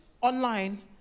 online